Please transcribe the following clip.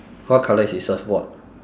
what colour is his surfboard